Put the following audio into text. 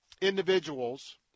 individuals